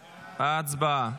הצבעה.